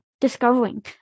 discovering